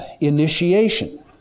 initiation